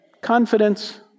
Confidence